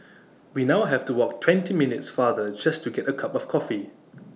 we now have to walk twenty minutes farther just to get A cup of coffee